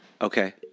Okay